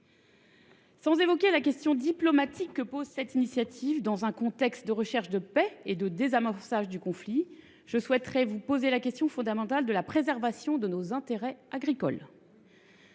Sans évoquer la question diplomatique que pose cette initiative, dans un contexte de recherche de paix et de désamorçage du conflit, je souhaite vous poser la question fondamentale de la préservation de nos intérêts agricoles.